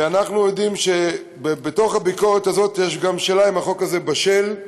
ואנחנו יודעים שבתוך הביקורת הזאת יש גם שאלה אם החוק הזה בשל,